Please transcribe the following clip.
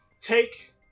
Take